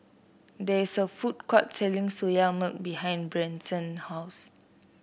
there is a food court selling Soya Milk behind Branson's house